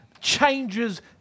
changes